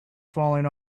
falling